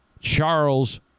Charles